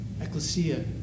Ecclesia